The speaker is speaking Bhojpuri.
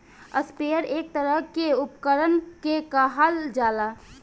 स्प्रेयर एक तरह के उपकरण के कहल जाला